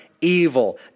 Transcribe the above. evil